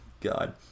God